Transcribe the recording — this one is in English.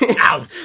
Out